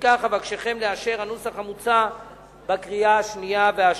לפיכך אבקשכם לאשר את הנוסח המוצע בקריאה שנייה ושלישית.